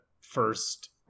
first